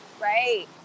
right